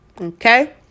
Okay